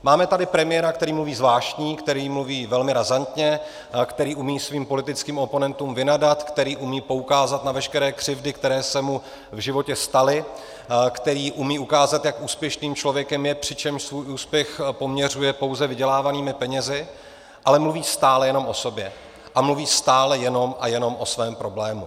Máme tady premiéra, který mluví zvláštně, který mluví velmi razantně, který umí svým politickým oponentům vynadat, který umí poukázat na veškeré křivdy, které se mu v životě staly, který umí ukázat, jak úspěšným člověkem je, přičemž svůj úspěch poměřuje pouze vydělávanými penězi, ale mluví stále jenom o sobě a mluví stále jenom a jenom o svém problému.